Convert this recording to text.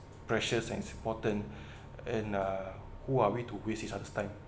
precious and important and uh who are we to waste each other's time